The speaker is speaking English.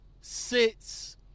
six